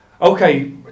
Okay